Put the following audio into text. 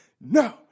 no